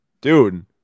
Dude